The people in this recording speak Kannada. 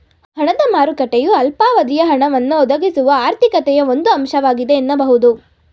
ಹಣದ ಮಾರುಕಟ್ಟೆಯು ಅಲ್ಪಾವಧಿಯ ಹಣವನ್ನ ಒದಗಿಸುವ ಆರ್ಥಿಕತೆಯ ಒಂದು ಅಂಶವಾಗಿದೆ ಎನ್ನಬಹುದು